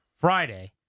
Friday